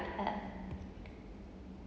(uh huh)